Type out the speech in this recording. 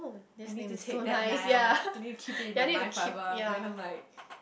I need to take that now I need to keep it in my mind forever I'm going to like